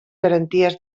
garanties